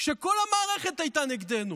כשכל המערכת הייתה נגדנו,